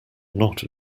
not